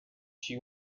she